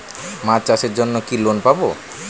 মাছ চাষের জন্য কি লোন পাব?